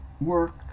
work